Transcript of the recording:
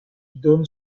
donne